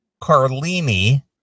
Carlini